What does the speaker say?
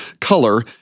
color